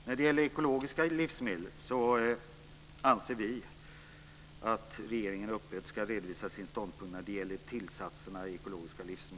När det gäller ekologiska livsmedel anser vi att regeringen öppet ska redovisa sin ståndpunkt vad avser tillsatser.